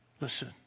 Listen